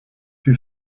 sie